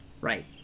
right